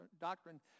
doctrine